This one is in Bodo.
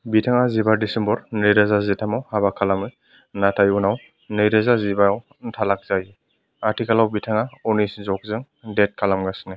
बिथाङा जिबा दिसेम्बर नैरोजा जिथामआव हाबा खालामो नाथाय उनाव नैरोजा जिबाआव तालाक जायो आथिखालाव बिथाङा अनीश ज'गजों डेट खालामगासिनो